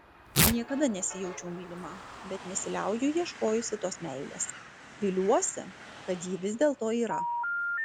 niekada nesijaučiau mylima bet nesiliauju ieškojusi tos meilės viliuosi kad ji vis dėlto yra